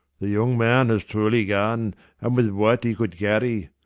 the young man has truly gone, and with what he could carry.